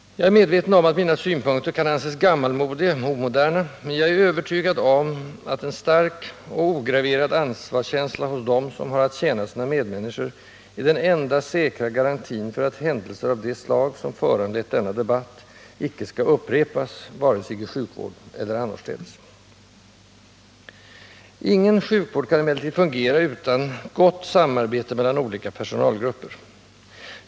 Jag är medveten om att mina synpunkter kan anses gammalmodiga och omoderna, men jag är övertygad om att en stark och ograverad ansvarskänsla hos dem som har att tjäna sina medmänniskor är den enda säkra garantin för att händelser av det slag som föranlett denna debatt icke skall upprepas, vare sig i sjukvården eller annorstädes. Ingen sjukvård kan emellertid fungera utan gott samarbete mellan olika personalgrupper.